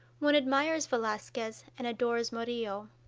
one admires velazquez and adores murillo.